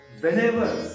whenever